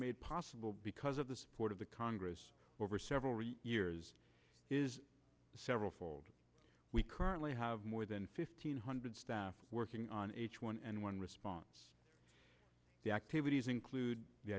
made possible because of the support of the congress over several recent years is several fold we currently have more than fifteen hundred staff working on h one n one response the activities include the